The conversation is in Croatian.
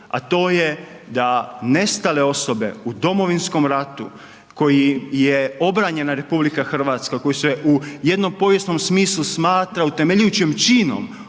da to je da nestale osobe u Domovinskom ratu, koji je obranjena RH, koji su u jednom povijesnom smislu smatra utemeljujući činom